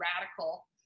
radical